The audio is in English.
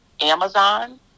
Amazon